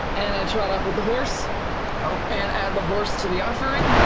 and i trot up with the horse and add the horse to the offering.